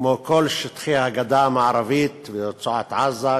כמו כל שטחי הגדה המערבית ורצועת-עזה,